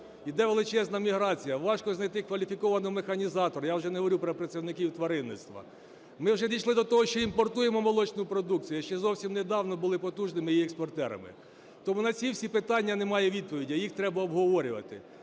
іде величезна міграція, важко знайти кваліфікованого механізатора, я вже не говорю про працівників тваринництва. Ми вже дійшли до того, що імпортуємо молочну продукцію, а ще зовсім недавно були потужними її експортерами. Тому на всі ці питання немає відповіді, а їх треба обговорювати,